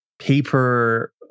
paper